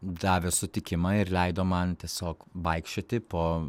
davė sutikimą ir leido man tiesiog vaikščioti po